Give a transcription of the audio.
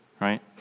right